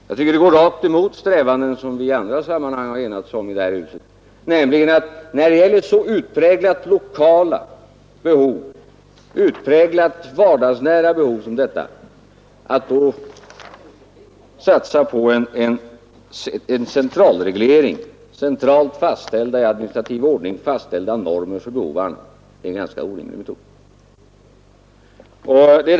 Jag tycker att det går rakt emot bedömningar som vi i andra sammanhang har enats om i det här huset, nämligen att när det gäller utpräglat lokala och vardagsnära ting är det en orimlig metod att satsa på en centralreglering med i administrativ ordning fastställda normer för behov och deras tillgodoseende.